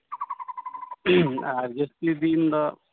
ᱟᱨ ᱡᱟᱹᱥᱛᱤ ᱫᱤᱱ ᱫᱚ